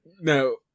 No